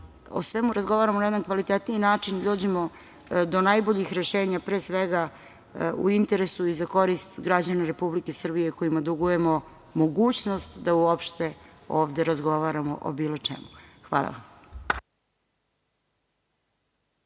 o svemu razgovaramo na jedan kvalitetniji način i dođemo do najboljih rešenja pre svega u interesu i za korist građana Republike Srbije kojima dugujemo mogućnost da uopšte ovde razgovaramo o bilo čemu. Hvala vam.